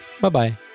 bye-bye